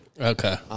Okay